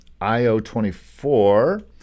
IO24